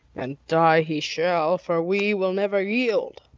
and die he shall for we will never yield.